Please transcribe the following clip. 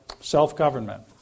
self-government